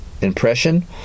impression